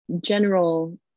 general